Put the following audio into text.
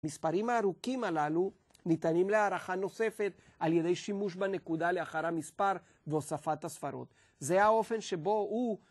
מספרים הארוכים הללו ניתנים להערכה נוספת על ידי שימוש בנקודה לאחר המספר והוספת הספרות. זה האופן שבו הוא...